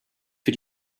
für